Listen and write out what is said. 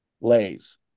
Lays